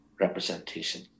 representation